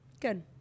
Good